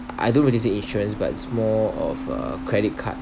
I don't really say insurance but it's more of uh credit card